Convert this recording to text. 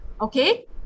okay